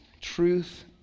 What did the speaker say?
Truth